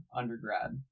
undergrad